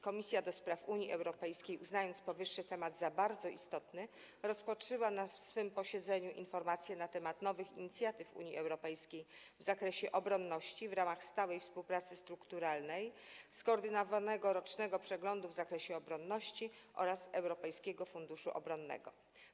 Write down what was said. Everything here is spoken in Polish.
Komisja do Spraw Unii Europejskiej, uznając powyższy temat za bardzo istotny, rozpatrzyła na swym posiedzeniu informację na temat nowych inicjatyw Unii Europejskiej w zakresie obronności: w ramach stałej współpracy strukturalnej, skoordynowanego rocznego przeglądu w zakresie obronności oraz Europejskiego Funduszu Obronnego.